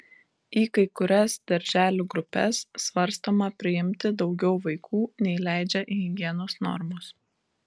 į kai kurias darželių grupes svarstoma priimti daugiau vaikų nei leidžia higienos normos